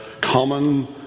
common